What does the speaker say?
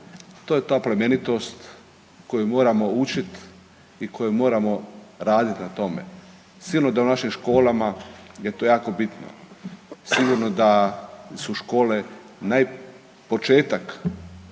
to je ta plemenitost koju moramo učit i koju moramo radit na tome. Sigurno da je u našim školama je to jako bitno, sigurno da su škole početak